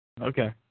Okay